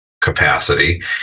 capacity